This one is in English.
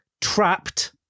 Trapped